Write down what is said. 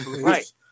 right